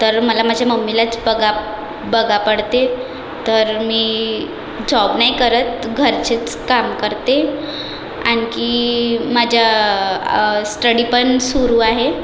तर मला माझ्या मम्मीलाच बघा बघा पडते तर मी जॉब नाही करत घरचेच काम करते आणखी माझ्या स्टडी पण सुरू आहे